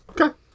Okay